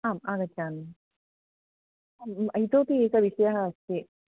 आम् आगच्छामि इतोपि एकः विषयः अस्ति